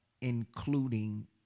including